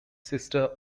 sister